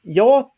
jag